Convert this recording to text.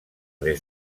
des